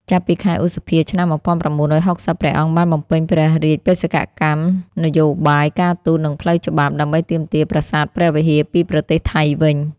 ចាប់ពីខែឧសភា ឆ្នាំ១៩៦០ ព្រះអង្គបានបំពេញព្រះរាជបេសកកម្មនយោបាយការទូត និងផ្លូវច្បាប់ ដើម្បីទាមទារប្រាសាទព្រះវិហារពីប្រទេសថៃវិញ។